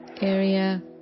area